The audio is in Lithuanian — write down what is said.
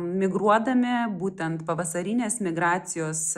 migruodami būtent pavasarinės migracijos